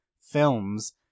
films